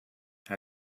how